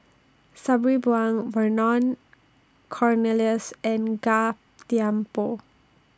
Sabri Buang Vernon Cornelius and Gan Thiam Poh